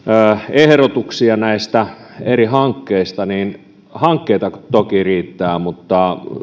ehdotuksia eri hankkeista niin hankkeita toki riittää mutta